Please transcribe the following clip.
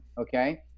Okay